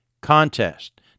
contest